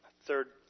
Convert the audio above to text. third